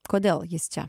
kodėl jis čia